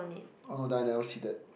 oh Daniel see that